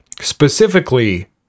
Specifically